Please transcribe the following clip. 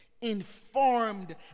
informed